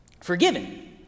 forgiven